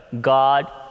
God